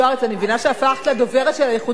אני מבינה שהפכת לדוברת של האיחוד הלאומי.